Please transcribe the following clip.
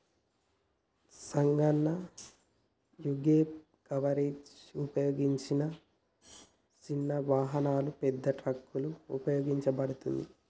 సింగన్న యీగేప్ కవరేజ్ ఉపయోగించిన సిన్న వాహనాలు, పెద్ద ట్రక్కులకు ఉపయోగించబడతది